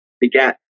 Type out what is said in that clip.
begat